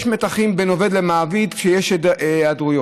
יש מתחים בין עובד למעביד כשיש היעדרויות,